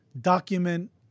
document